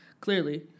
clearly